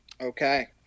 Okay